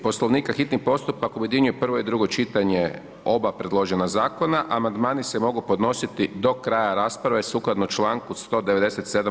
Poslovnika, hitni postupak objedinjuje prvo i drugo čitanje oba predložena Zakona, amandmani se mogu podnositi do kraja rasprave sukladno članku 197.